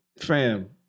Fam